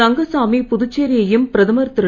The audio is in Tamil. ரங்கசாமி புதுச்சேரி யையும் பிரதமர் திரு